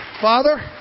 Father